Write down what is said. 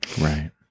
Right